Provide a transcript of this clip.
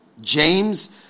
James